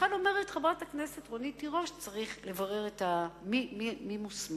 ולכן אומרת חברת הכנסת רונית תירוש: צריך לברר מי מוסמך.